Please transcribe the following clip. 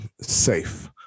safe